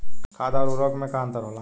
खाद्य आउर उर्वरक में का अंतर होला?